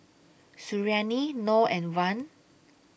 Suriani Noh and Wan